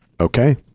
okay